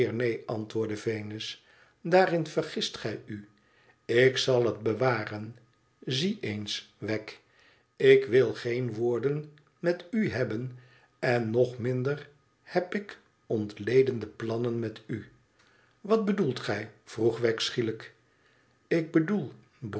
antwoordde venus daarin vergist gij u ik zal het bewaren zie eens wegg ik wil geen woorden met u hebben en nog minder heb ik ontledende plannen met u wat bedoelt gij vroeg wegg schielijk ik bedoel